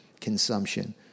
consumption